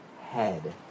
head